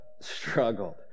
struggled